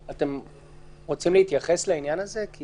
רוצים להתייחס לעניין הזה?